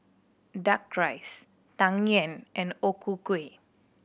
Duck Rice Tang Yuen and O Ku Kueh